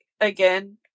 again